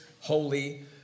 Holy